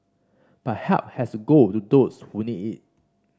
but help has go to those who need it